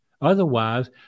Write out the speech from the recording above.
Otherwise